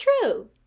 true